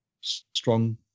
strong